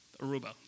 aruba